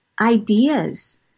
ideas